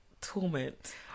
torment